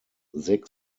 zig